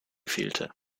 fehlte